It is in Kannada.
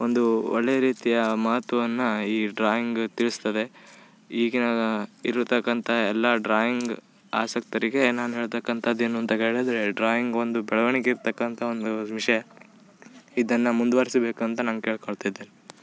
ಒಂದು ಒಳ್ಳೆಯ ರೀತಿಯ ಮಹತ್ವವನ್ನು ಈ ಡ್ರಾಯಿಂಗ್ ತಿಳಿಸ್ತದೆ ಈಗ ಇರುತಕ್ಕಂಥ ಎಲ್ಲಾ ಡ್ರಾಯಿಂಗ್ಪ ಆಸಕ್ತರಿಗೆ ನಾನು ಹೇಳ್ತಕ್ಕಂಥದ್ದು ಏನು ಅಂತ ಹೇಳಿದ್ರೆ ಡ್ರಾಯಿಂಗ್ ಒಂದು ಬರವಣಿಗೆ ಇರ್ತಕ್ಕಂಥ ಒಂದು ವಿಷಯ ಇದನ್ನು ಮುಂದುವರಿಸಬೇಕು ಅಂತ ನಾನು ಕೇಳ್ಕೊಳ್ತಾ ಇದ್ದೆ